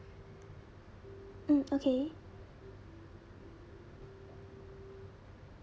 mm okay